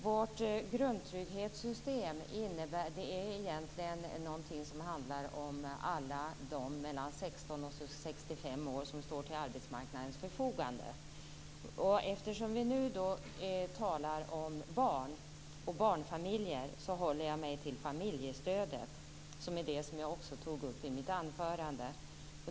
Vårt grundtrygghetssystem omfattar alla dem mellan 16 och 65 år som står till arbetsmarknadens förfogande. Eftersom vi nu talar om barn och barnfamiljer håller jag mig till familjestödet, som jag också tog upp i mitt anförande.